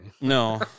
No